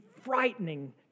frightening